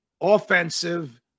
offensive